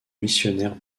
missionnaires